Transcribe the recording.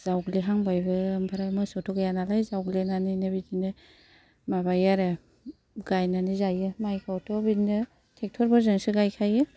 जावग्लिहांबायबो ओमफ्राय मोसौबोथ' गैया नालाय जावग्लिनानैनो बिदिनो माबायो आरो गायनानै जायो माइखौथ' बिदिनो ट्रेक्टरफोरजोंसो गायखायो मोसौ गैया नालाय